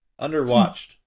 Underwatched